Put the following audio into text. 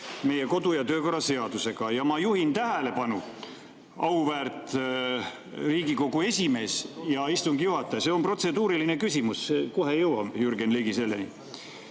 meie kodu- ja töökorra seadusega. Ja ma juhin tähelepanu, auväärt Riigikogu esimees ja istungi juhataja, see on protseduuriline küsimus. Kohe jõuame, Jürgen Ligi, selleni.